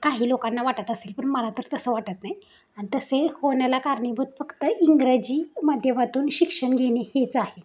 काही लोकांना वाटत असेल पण मला तर तसं वाटत नाही आणि तसे होण्याला कारणीभूत फक्त इंग्रजी माध्यमातून शिक्षण घेणे हेच आहे